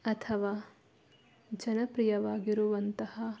ಅಥವಾ ಜನಪ್ರಿಯವಾಗಿರುವಂತಹ